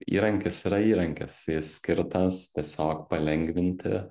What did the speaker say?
įrankis yra įrankis skirtas tiesiog palengvinti